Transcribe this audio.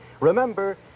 remember